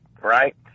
right